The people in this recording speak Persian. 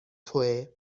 تویه